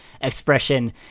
expression